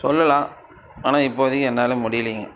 சொல்லலாம் ஆனால் இப்போதைக்கி என்னால் முடியலிங்க